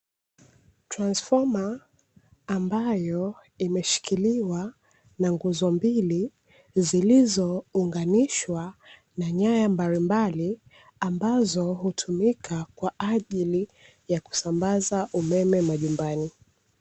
Transifoma ambayo imeshikiliwa na nguzo mbili zilizo unganishwa na nyaya mbalimbali ambazo hutumika kusambaza umeme majumbani.